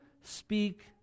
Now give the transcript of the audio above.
speak